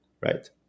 right